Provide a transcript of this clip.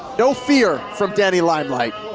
no fear from danny limelight.